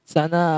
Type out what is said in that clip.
Sana